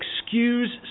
excuse